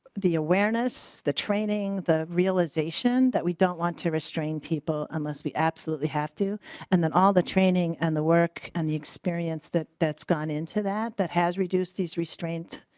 awareness the training the realization that we don't want to restrain people unless we absolutely have to and then all the training and the work and the experience that that's gone into that that has reduced these restraint.